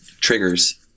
triggers